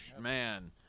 Man